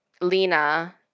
Lena